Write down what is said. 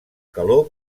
calor